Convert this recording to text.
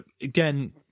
again